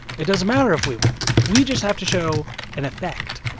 it doesn't matter if we win. we just have to show an effect.